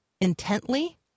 intently